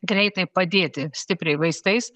greitai padėti stipriai vaistais